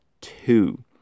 two